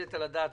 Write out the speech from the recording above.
מתקבלת על הדעת.